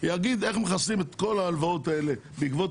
יגיד איך מחסלים את כל ההלוואות האלה בעקבות